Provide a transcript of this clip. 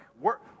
work